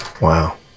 Wow